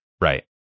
right